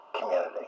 community